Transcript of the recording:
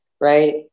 Right